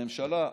הממשלה,